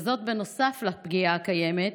וזאת נוסף לפגיעה הקיימת